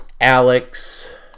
alex